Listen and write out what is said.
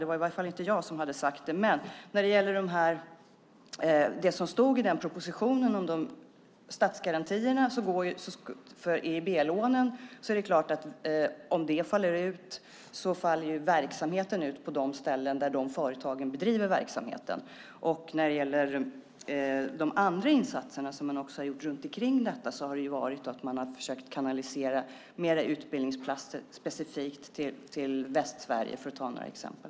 Det var i alla fall inte jag. När det gäller vad som stod i propositionen om statsgarantierna för EIB-lånen faller ju verksamheten ut på de ställen där de företagen bedriver verksamheten. De andra insatserna som man har gjort runt detta innebär att man har försökt kanalisera utbildningsplatser specifikt till Västsverige, för att ge ett par exempel.